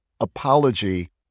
apology